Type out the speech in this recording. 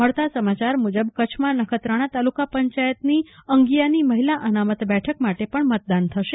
મળતા સમાયાર મુજબ કરછમાં નખત્રાણા તાલુકા પંચાયતની અંગીયાની મહિલા અનામત બેઠકો માટે પણ મતદાન થશે